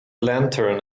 lantern